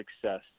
success